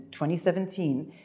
2017